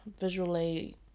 Visually